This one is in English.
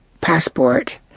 passport